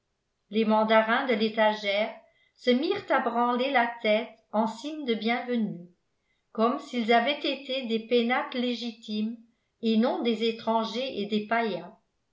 les mandarins de l'étagère se mirent à branler la tête en signe de bienvenue comme s'ils avaient été des pénates légitimes et non des étrangers et des païens